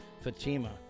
Fatima